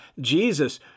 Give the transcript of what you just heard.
Jesus